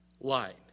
light